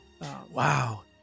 Wow